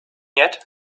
yet